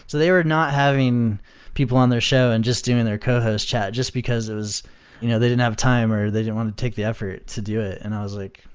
so they were not having people on their show and just doing their cohost chat, just because it was you know they didn't have time or they didn't want to take the effort to do it. and i was like,